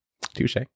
Touche